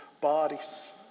bodies